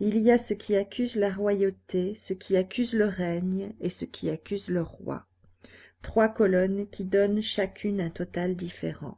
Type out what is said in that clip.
il y a ce qui accuse la royauté ce qui accuse le règne et ce qui accuse le roi trois colonnes qui donnent chacune un total différent